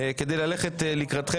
כדי ללכת לקראתכם